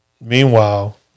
Meanwhile